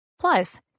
Plus